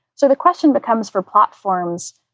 so the question becomes for platforms,